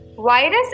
Virus